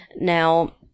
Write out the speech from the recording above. Now